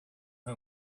who